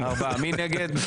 מי נגד?